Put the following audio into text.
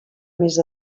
més